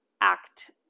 act